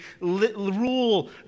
rule